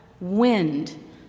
wind